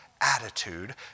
attitude